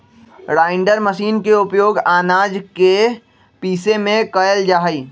grinder machine के उपयोग आनाज के पीसे में कइल जाहई